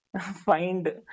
find